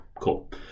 cool